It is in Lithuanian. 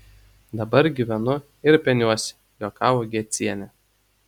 dabar gyvenu ir peniuosi juokavo gecienė